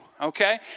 Okay